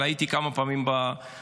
אבל הייתי כמה פעמים בצפון.